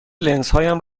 لنزهایم